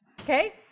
okay